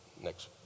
next